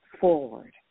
forward